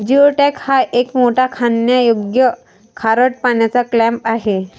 geoduck हा एक मोठा खाण्यायोग्य खारट पाण्याचा क्लॅम आहे